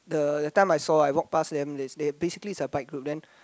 the that time I saw I walk pass them they basically is a bike group then